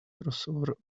crossover